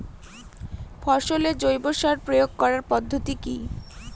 ফসলে জৈব সার প্রয়োগ করার পদ্ধতি কি?